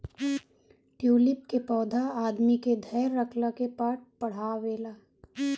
tulip के पौधा आदमी के धैर्य रखला के पाठ पढ़ावेला